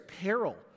peril